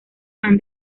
han